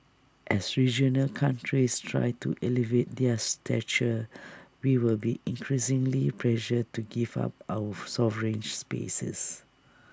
as regional countries try to elevate their stature we will be increasingly pressured to give up our sovereigns spaces